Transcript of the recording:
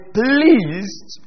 pleased